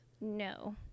no